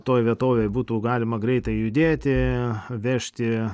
toj vietovėj būtų galima greitai judėti vežti